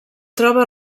troba